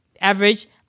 average